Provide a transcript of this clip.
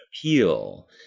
appeal